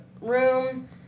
room